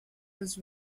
was